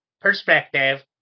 perspective